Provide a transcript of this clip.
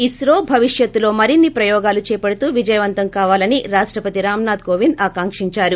ఇస్రో భవిష్యత్లో మరిన్ని ప్రయోగాలు చేపడుతూ విజయవంతం కావాలని రాష్టపతి రామ్నాధ్ కోవింద్ ఆకాంకించారు